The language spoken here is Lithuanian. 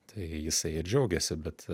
tai jisai ir džiaugiasi bet